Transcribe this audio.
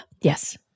yes